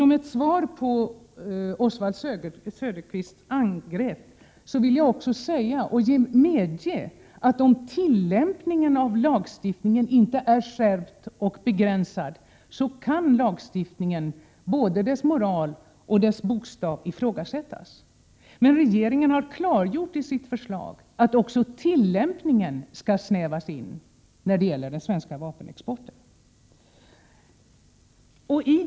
Som svar på Oswald Söderqvists angrepp medger jag också att om tillämpningen av lagstiftningen inte sker på ett skärpt och begränsat sätt kan lagstiftningen — både dess moral och dess bokstav — ifrågasättas. Regeringen har i sitt förslag klargjort att också tillämpningen av lagen om svensk vapenexport skall stramas åt.